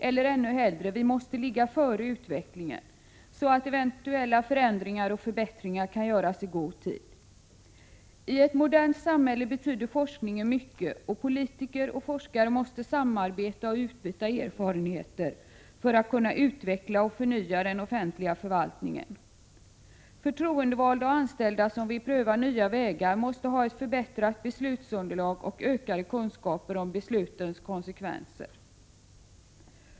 Eller ännu hellre — vi måste ligga före utvecklingen, så att eventuella förändringar och förbättringar kan göras i god tid. I ett modernt samhälle betyder forskningen mycket, och politiker och forskare måste samarbeta och utbyta erfarenheter för att kunna utveckla och förnya den offentliga förvaltningen. Förtroendevalda och anställda som vill pröva nya vägar måste ha ett förbättrat beslutsunderlag och ökade kunskaper om beslutens konsekvenser.